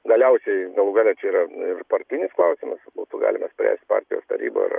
galiausiai galų gale čia yra ir partinis klausimas būtų galima spręst partijos taryboj ar